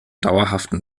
dauerhaften